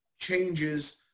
changes